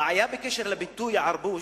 הבעיה בקשר לביטוי "ערבוש"